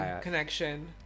Connection